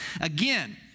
Again